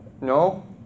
No